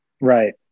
Right